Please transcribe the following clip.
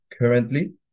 currently